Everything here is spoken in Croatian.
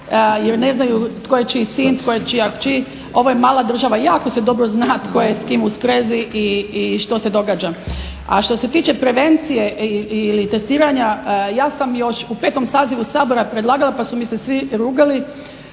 jer ne znaju tko je čiji sin, tko je čija kći. Ovo je mala država, jako se dobro zna tko je s kim u sprezi i što se događa. A što se tiče prevencije ili testiranja ja sam još u 5.sazivu Sabora predlagala, pa su mi se svim rugali